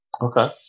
Okay